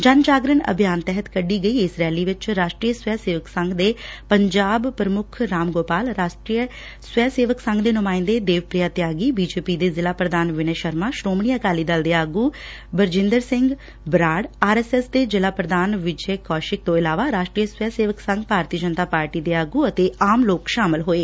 ਜਨ ਜਾਗਰਣ ਅਭਿਆਨ ਤਹਿਤ ਕੱਢੀ ਗਈ ਇਸ ਰੈਲੀ ਵਿਚ ਰਾਸਟਰੀ ਸਵੈ ਸੇਵਕ ਸੰਘ ਦੇ ਪੰਜਾਬ ਰਾਮ ਗੋਪਾਲ ਰਾਸ਼ਟਰੀ ਸਵੈ ਸੇਵਕ ਸੰਘ ਦੇ ਨੁਮਾਇੰਦੇ ਦੇਵਪ੍ਰਿਆ ਤਿਆਗੀ ਬੀਜੇਪੀ ਦੇ ਜ਼ਿਲ੍ਹਾ ਪ੍ਰਧਾਨ ਵਿਨੇ ਸ਼ਰਮਾ ਸ਼੍ਰੋਮਣੀ ਅਕਾਲੀ ਦਲ ਦੇ ਆਗੂ Barjinder Singh Brar R S S ਦੇ ਜ਼ਿਲ੍ਹਾ ਪ੍ਰਧਾਨ ਵਿਜੇ ਕੌਸ਼ਿਕ ਤੋਂ ਇਲਾਵਾ ਰਾਸ਼ਟਰੀ ਸਵੈ ਸੇਵਕ ਸੰਘ ਭਾਰਤੀ ਜਨਤਾ ਪਾਰਟੀ ਦੇ ਆਗੁ ਅਤੇ ਆਮ ਲੋਕ ਸ਼ਾਮਲ ਹੋਏ